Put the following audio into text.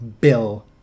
Bill